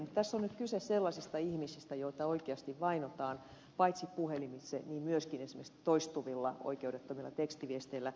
mutta tässä on nyt kyse sellaisista ihmisistä joita oikeasti vainotaan paitsi puhelimitse niin myöskin esimerkiksi toistuvilla oikeudettomilla tekstiviesteillä